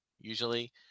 usually